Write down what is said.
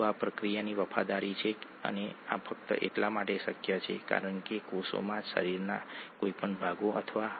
જો તમારી પાસે ડીઓક્સીરીબોઝ સુગર હોય તો એ ડીએનએ હોય છે જો તમારી પાસે રિબોઝ સુગર હોય તો એ આરએનએ હોય છે